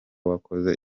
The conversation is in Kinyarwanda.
wakoze